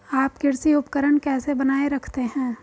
आप कृषि उपकरण कैसे बनाए रखते हैं?